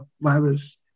virus